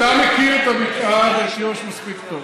אתה מכיר את הבקעה ואת יו"ש מספיק טוב.